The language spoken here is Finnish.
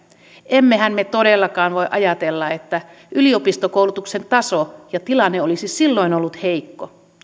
emmehän me todellakaan voi ajatella että yliopistokoulutuksen taso ja tilanne olisi silloin ollut heikko